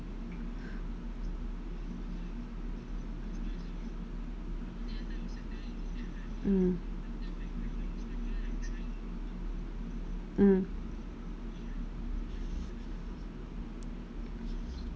mm mm